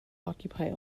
occupy